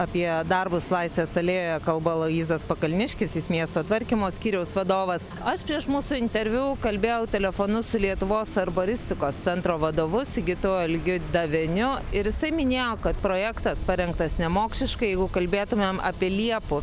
apie darbus laisvės alėjoje kalba aloyzas pakalniškis jis miesto tvarkymo skyriaus vadovas aš prieš mūsų interviu kalbėjau telefonu su lietuvos arboristikos centro vadovu sigitu algiu daveniu ir jisai minėjo kad projektas parengtas nemokšiškai jeigu kalbėtumėm apie liepų